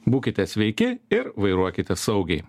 būkite sveiki ir vairuokite saugiai